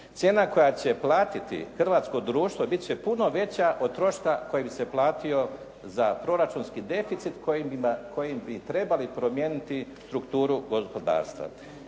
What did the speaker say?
Cijena koja će platiti hrvatsko društvo bit će puno veća od troška koji bi se platio za proračunski deficit kojim bi trebali promijeniti strukturu gospodarstva.